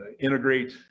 integrate